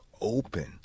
open